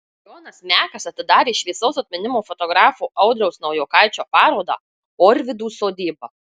jonas mekas atidarė šviesaus atminimo fotografo audriaus naujokaičio parodą orvidų sodyba